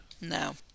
No